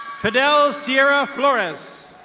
fidel zira florez.